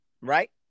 right